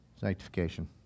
Sanctification